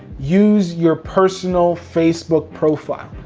use your personal facebook profile.